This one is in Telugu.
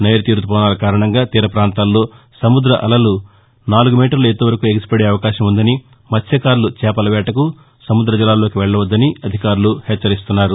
నైరుతి రుతుపవనాల కారణంగా తీర ప్రాంతాల్లో సముద్ద అలలు నాలుగు మీటర్ల ఎత్తువరకు ఎగసిపదే అవకాశం ఉందని మత్స్వకారులు చేపల వేటకు సముద్రజలాల్లోకి వెళ్ళవద్దని వారు హెచ్చరించారు